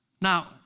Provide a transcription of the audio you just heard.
Now